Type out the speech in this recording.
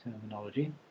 terminology